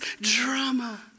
drama